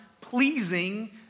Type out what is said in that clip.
pleasing